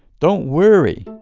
don't worry